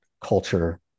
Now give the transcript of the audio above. culture